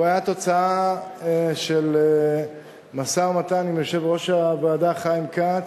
הוא היה תוצאה של משא-ומתן עם יושב-ראש הוועדה חיים כץ,